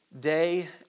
day